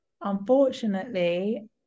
unfortunately